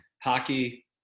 hockey